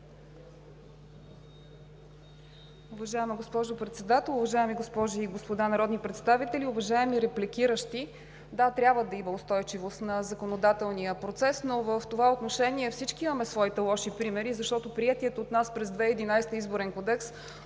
Уважаема госпожо Председател, уважаеми госпожи и господа народни представители, уважаеми репликиращи! Да, трябва да има устойчивост на законодателния процес, но в това отношение всички имаме своите лоши примери, защото приетият от нас през 2011 г. Изборен кодекс